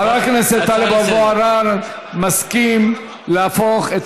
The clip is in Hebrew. חבר הכנסת טלב אבו עראר מסכים להפוך את